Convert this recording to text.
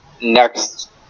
next